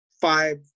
five